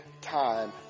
time